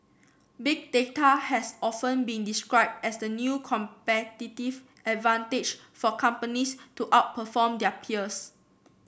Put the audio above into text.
Big Data has often been described as the new competitive advantage for companies to outperform their peers